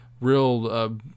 real